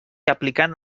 aplicant